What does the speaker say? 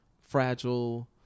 fragile